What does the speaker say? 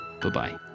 Bye-bye